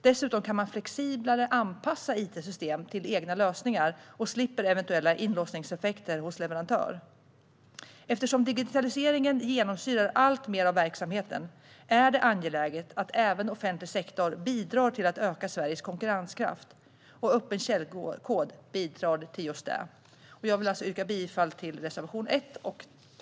Dessutom kan man flexiblare anpassa it-system till egna lösningar och slipper eventuella inlåsningseffekter hos leverantör. Eftersom digitaliseringen genomsyrar alltmer av verksamheten är det angeläget att även offentlig sektor bidrar till att öka Sveriges konkurrenskraft. Öppen källkod bidrar till just det. Jag vill alltså yrka bifall till reservation 1.